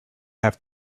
have